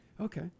Okay